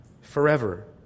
forever